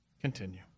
Continue